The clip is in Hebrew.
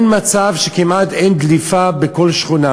כמעט אין מצב שאין דליפה בכל שכונה,